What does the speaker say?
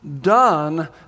done